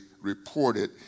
reported